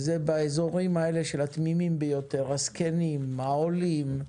וזה באזורים של התמימים ביותר, הזקנים, העולים,